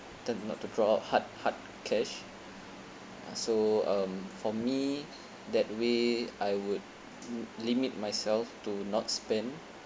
tend not to draw out hard hard cash uh so um for me that way I would l~ limit myself to not spend